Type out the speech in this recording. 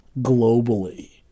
globally